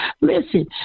Listen